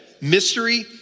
Mystery